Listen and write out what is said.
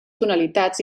tonalitats